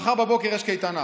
מחר בבוקר יש קייטנה.